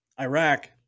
Iraq